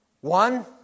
One